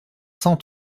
cent